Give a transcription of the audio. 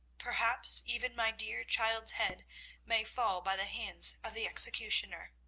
perhaps even my dear child's head may fall by the hands of the executioner!